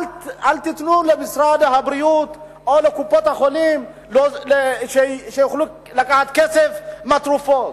אל תיתנו למשרד הבריאות או לקופות-החולים שיוכלו לקחת כסף על תרופות,